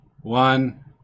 one